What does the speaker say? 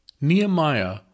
Nehemiah